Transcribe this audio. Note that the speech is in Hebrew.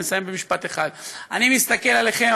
אני אסיים במשפט אחד: אני מסתכל עליכם,